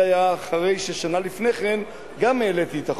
זה היה אחרי ששנה לפני כן גם העליתי את החוק.